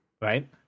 Right